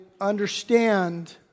understand